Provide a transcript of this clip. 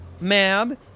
Mab